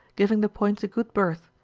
ghring the points a good berth,